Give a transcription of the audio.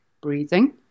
breathing